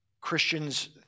Christians